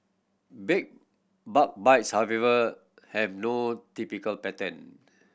bed bug bites however have no typical pattern